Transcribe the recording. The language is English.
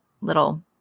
little